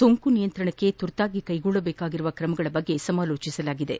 ಸೋಂಕು ನಿಯಂತ್ರಣಕ್ಕೆ ತುರ್ತಾಗಿ ಕ್ಲೆಗೊಳ್ಳಜೇಕಾಗಿರುವ ಕ್ರಮಗಳ ಬಗ್ಗೆ ಸಮಾಲೋಚಿಸಲಾಯಿತು